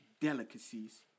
delicacies